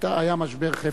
היה משבר "חפציבה",